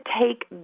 take